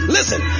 Listen